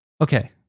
okay